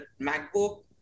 MacBook